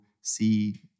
see